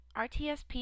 RTSP